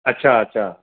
अच्छा अच्छा